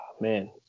man